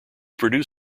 produced